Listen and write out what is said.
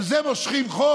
אז על זה מושכים חוק?